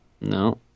no